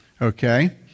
Okay